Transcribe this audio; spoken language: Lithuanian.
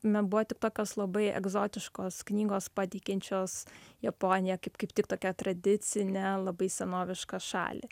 na buvo tik tokios labai egzotiškos knygos pateikiančios japoniją kaip kaip tik tokią tradicinę labai senovišką šalį